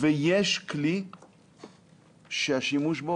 ויש כלי שהשימוש בו